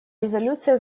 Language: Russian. резолюция